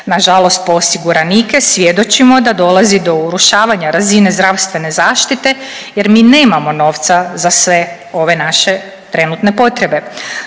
Na žalost po osiguranike svjedočimo da dolazi do urušavanja razine zdravstvene zaštite, jer mi nemamo novca za sve ove naše trenutne potrebe.